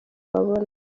babona